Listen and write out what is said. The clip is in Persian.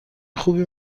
خوبی